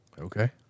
Okay